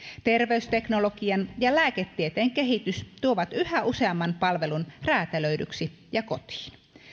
terveysteknologian ja lääketieteen kehitys tuovat yhä useamman palvelun räätälöidyksi ja kotiin